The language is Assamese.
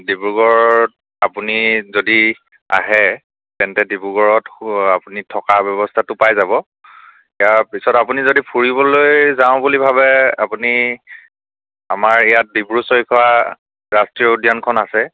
ডিব্ৰুগড়ত আপুনি যদি আহে ডিব্ৰুগড়ত হো আপুনি থকা ব্য়ৱস্থাতো পাই যাব ইয়াৰ পিছত আপুনি যদি ফুৰিবলৈ যাওঁ বুলি ভাবে আপুনি আমাৰ ইয়াত ডিব্ৰু চৈখোৱা ৰাষ্ট্ৰীয় উদ্য়ানখন আছে